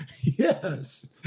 Yes